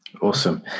Awesome